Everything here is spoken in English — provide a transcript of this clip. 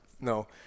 No